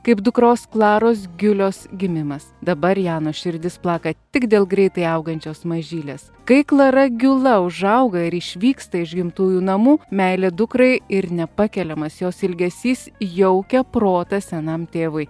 kaip dukros klaros giulios gimimas dabar jano širdis plaka tik dėl greitai augančios mažylės kai klara giula užauga ir išvyksta iš gimtųjų namų meilė dukrai ir nepakeliamas jos ilgesys jaukia protą senam tėvui